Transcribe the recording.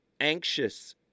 Anxious